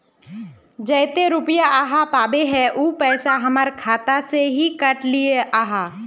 जयते रुपया आहाँ पाबे है उ पैसा हमर खाता से हि काट लिये आहाँ?